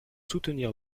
soutenir